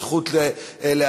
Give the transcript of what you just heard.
יש זכות להיאבק,